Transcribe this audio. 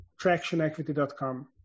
tractionequity.com